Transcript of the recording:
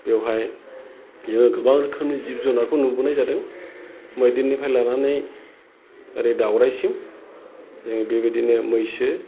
बेवहाय बेयाव गोबां रोखोमनि जिब जुनारखौ नुबोनाय जादों मैदेरनिफ्राय लानानै ओरै दावराइसिम जोङो बेबायदिनो मैसो